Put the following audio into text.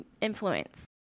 influence